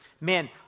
man